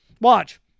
Watch